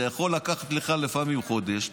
זה יכול לקחת לך לפעמים חודש,